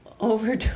over